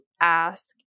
ask